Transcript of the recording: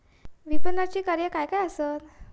विपणनाची कार्या काय काय आसत?